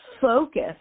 focus